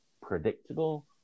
predictable